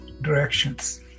directions